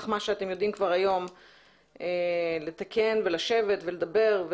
מה שאתם יודעים כבר היום לתקן ולשבת ולדבר.